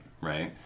right